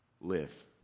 Live